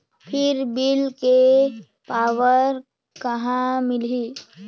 फिर बिल के पावती कहा मिलही?